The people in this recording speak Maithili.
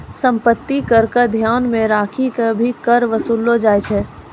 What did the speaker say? सम्पत्ति कर क ध्यान मे रखी क भी कर वसूललो जाय छै